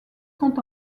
sont